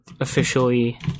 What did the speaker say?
officially